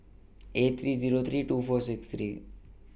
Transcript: eight three Zero three two four six three